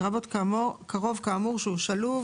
לרבות קרוב כאמור שהוא שלוב,